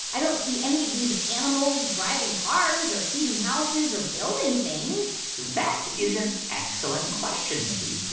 i don't see any of these animals driving cars or heating houses or building things that is an excellent question, mindy,